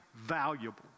valuable